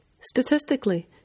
Statistically